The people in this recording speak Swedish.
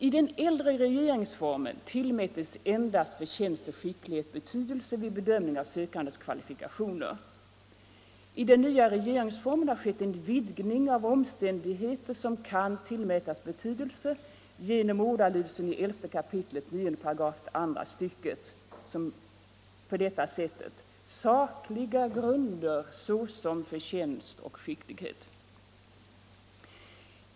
I den äldre regeringsformen tillmättes endast förtjänst och skicklighet betydelse vid bedömning av sökandes kvalifikationer. I den nya regeringsformen har skett en vidgning av omständigheter som kan tillmätas betydelse genom ordalydelsen i 11 kap. 9 § andra stycket, där det nu talas om ”sakliga grunder såsom förtjänst och skicklighet”.